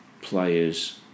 players